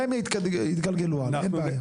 שהם יתגלגלו הלאה, אין בעיה.